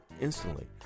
instantly